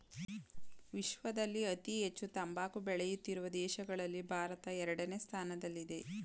ವಿಶ್ವದಲ್ಲಿ ಅತಿ ಹೆಚ್ಚು ತಂಬಾಕು ಬೆಳೆಯುತ್ತಿರುವ ದೇಶಗಳಲ್ಲಿ ಭಾರತ ಎರಡನೇ ಸ್ಥಾನದಲ್ಲಿದೆ